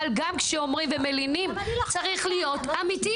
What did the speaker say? אבל גם כשאומרים ומלינים צריך להיות אמיתיים.